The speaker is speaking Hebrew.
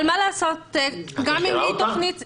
את מכירה אותה?